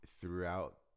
throughout